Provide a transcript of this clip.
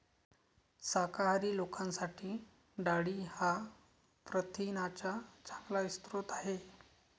शाकाहारी लोकांसाठी डाळी हा प्रथिनांचा चांगला स्रोत आहे